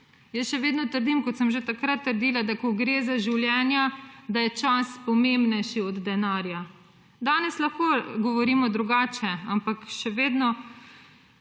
Še vedno trdim, kot sem že takrat trdila, da ko gre za življenja, da je čas pomembnejši od denarja. Danes lahko govorimo drugače, ampak še vedno